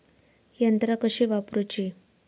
यंत्रा कशी वापरूची?